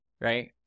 right